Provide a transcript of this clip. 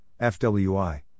FWI